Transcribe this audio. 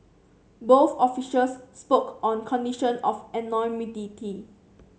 both officials spoke on condition of anonymity